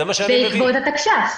בין היתר, בעקבות התקש"ח.